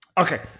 Okay